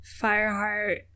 Fireheart